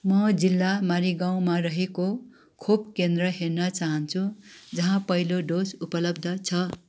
म जिल्ला मारिगाउँमा रहेको खोप केन्द्र हेर्न चाहन्छु जहाँ पहिलो डोज उपलब्ध छ